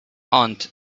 aunt